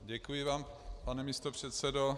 Děkuji vám, pane místopředsedo.